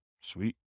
Sweet